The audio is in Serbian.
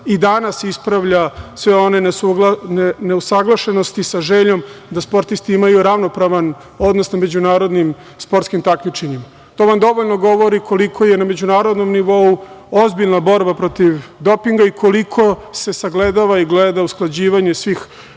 i danas ispravlja sve one neusaglašenosti sa željom da sportisti imaju ravnopravan odnos na međunarodnim sportskim takmičenjima. To vam dovoljno govori koliko je na međunarodnom nivou ozbiljna borba protiv dopinga i koliko se sagledava i gleda usklađivanje svih